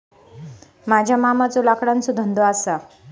माझ्या मामाचो लाकडाचो धंदो असा